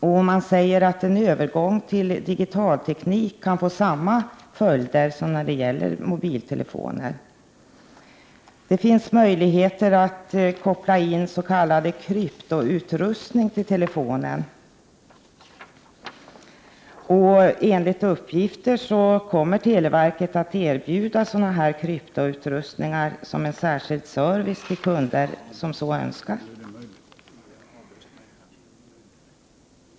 Vidare sägs det att en övergång till digitalteknik kan få samma konsekvenser som när det gällt mobiltelefonen. Det finns möjligheter att koppla s.k. kryptoutrustning till telefonen. Enligt uppgifter kommer televerket att gå ut med erbjudanden om kryptoutrustning som en särskild service till de kunder som så önskar.